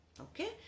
Okay